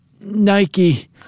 Nike